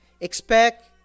Expect